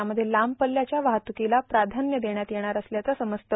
यामध्ये लांब पल्ल्याच्या वाहतुकीला प्राधान्य देण्यात येणार असल्याचे समजते